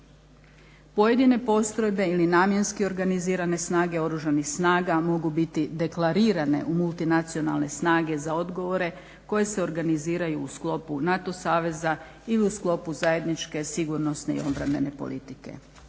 Pojedine postrojbe ili namjenski organizirane snage oružanih snaga mogu biti deklarirane u multinacionalne snage za odgovore koje se organiziraju u sklopu NATO saveza ili u sklopu zajedničke sigurnosne i obrambene politike.